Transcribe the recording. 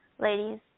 ladies